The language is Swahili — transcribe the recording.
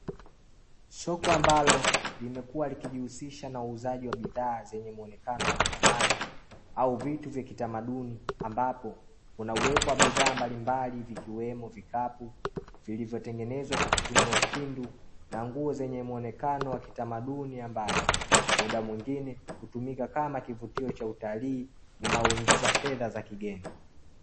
Soko ambalo limekuwa likijihusisha na uuzaji wa bidhaa zenye muonekano wa kizamani, au vitu vya kitamaduni, ambapo kuna uwepo wa bidhaa mbalimbali vikiwemo vikapu vilivyotengenezwa kwa kutumia ukindu na nguo zenye muonekano wa kitamaduni, ambazo muda mwingine hutumika kama kivutio cha utalii unaoingiza fedha za kigeni.